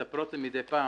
מספרות לי מידי פעם.